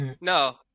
No